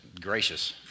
Gracious